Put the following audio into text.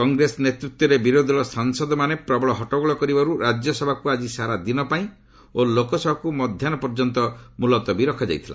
କଂଗ୍ରେସ ନେତୃତ୍ୱରେ ବିରୋଧୀ ଦଳର ସାଂସଦମାନେ ପ୍ରବଳ ହଟ୍ଟଗୋଳ କରିବାରୁ ରାଜ୍ୟସଭାକୁ ଆଜି ସାରା ଦିନପାଇଁ ଓ ଲୋକସଭାକୁ ମଧ୍ୟାହ୍ନ ପର୍ଯ୍ୟନ୍ତ ମୁଲତବୀ ରଖାଯାଇଥିଲା